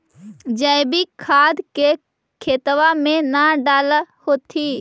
जैवीक खाद के खेतबा मे न डाल होथिं?